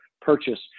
purchase